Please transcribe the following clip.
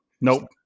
Nope